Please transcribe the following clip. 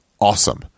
awesome